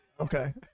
okay